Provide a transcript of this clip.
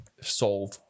solve